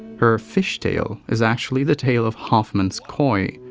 her fish tail is actually the tail of hoffman's koi,